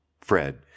Fred